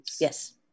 Yes